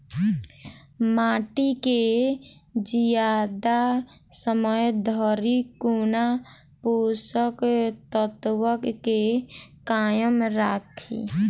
माटि केँ जियादा समय धरि कोना पोसक तत्वक केँ कायम राखि?